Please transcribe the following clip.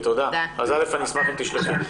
אני אשמח אם תשלחי.